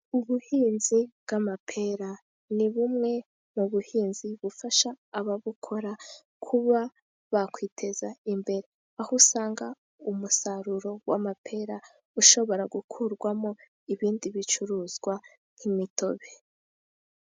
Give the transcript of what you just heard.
Ubuhinzi bw'amapera ni bumwe mu buhinzi bufasha ababukora kuba bakwiteza imbere, aho usanga umusaruro w'amapera ushobora gukurwamo ibindi bicuruzwa nk'imitobe.